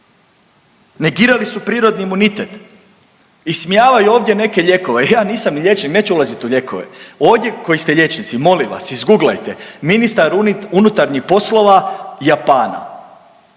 Negirali su prirodni imunitet, ismijavaju ovdje neke lijekove, ja nisam liječnik neću ulazi u lijekove. Ovdje koji ste liječnici, molim vas izguglajte ministar unutarnjih poslova Japana,